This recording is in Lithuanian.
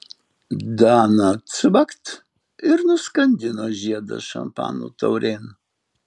dana cvakt ir nuskandino žiedą šampano taurėn